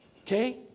Okay